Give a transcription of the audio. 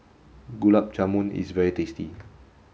Gulab Jamun is very tasty